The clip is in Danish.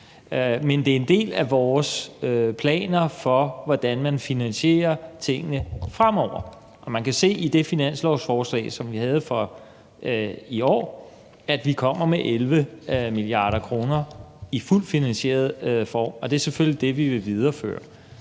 men det er en del af vores planer for, hvordan man finansierer tingene fremover. Man kan se i det finanslovsforslag, som vi havde for i år, at vi kommer med 11 mia. kr. i fuldt finansieret form. Det er selvfølgelig det, vi vil videreføre.